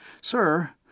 Sir